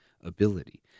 ability